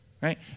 right